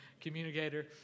communicator